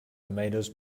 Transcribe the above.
tomatoes